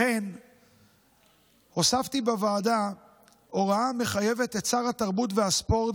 לכן הוספתי בוועדה הוראה המחייבת את שר התרבות והספורט